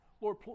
Lord